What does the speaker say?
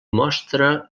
mostra